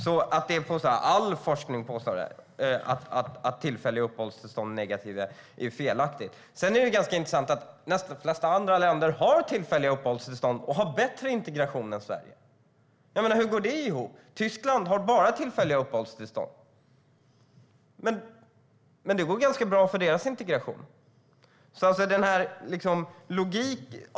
Påståendet att all forskning visar att tillfälliga uppehållstillstånd är negativa är alltså felaktigt. Sedan är det ganska intressant att de flesta andra länder har tillfälliga uppehållstillstånd och har bättre integration än Sverige. Jag menar, hur går det ihop? Tyskland har bara tillfälliga uppehållstillstånd, men det går ganska bra för deras integration.